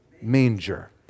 manger